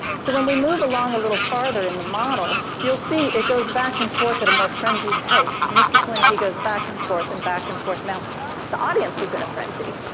so when we move along a little farther in the model, you'll see it goes back and forth at a more frenzied pace. and this is when he goes back and forth, and back and forth. now the audience was in a frenzy.